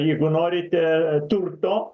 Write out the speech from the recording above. jeigu norite turto